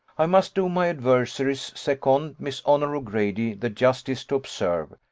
i must do my adversary's second, miss honour o'grady, the justice to observe,